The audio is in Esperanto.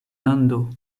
lando